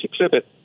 exhibit